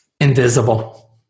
invisible